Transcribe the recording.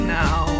now